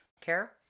care